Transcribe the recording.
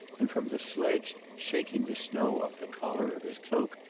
and from the sledge, shaking the snow off the collar of his cloak,